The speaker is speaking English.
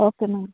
okay ma'am